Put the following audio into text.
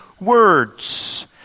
words